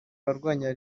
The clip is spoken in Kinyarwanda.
abarwanya